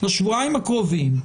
בשבועיים הקרובים,